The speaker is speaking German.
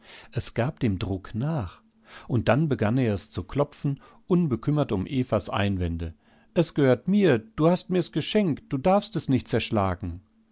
es gab dem druck nach und dann begann er es zu klopfen unbekümmert um evas einwände es gehört mir du hast mir's geschenkt du darfst es nicht zerschlagen